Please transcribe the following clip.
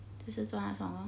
就是做那种 lor